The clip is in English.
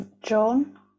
John